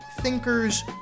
thinkers